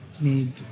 need